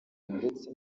ndetse